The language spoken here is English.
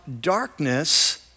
darkness